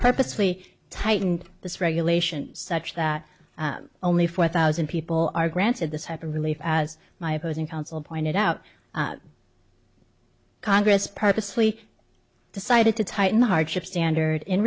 purposefully tightened this regulation such that only four thousand people are granted this have a relief as my opposing counsel pointed out congress purposely decided to tighten the hardship standard in